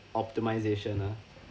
optimisation ah